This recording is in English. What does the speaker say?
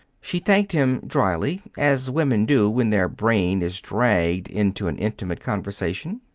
she thanked him dryly, as women do when their brain is dragged into an intimate conversation.